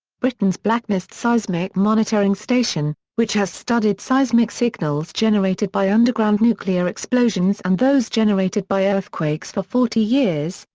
britain's blacknest seismic monitoring station, which has studied seismic signals generated by underground nuclear explosions and those generated by earthquakes for forty years,